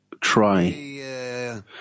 try